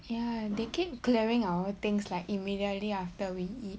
ya they keep clearing our things like immediately after we eat